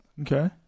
Okay